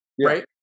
right